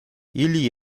ili